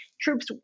troops